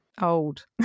Old